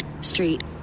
Street